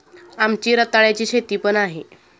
आमची रताळ्याची शेती पण आहे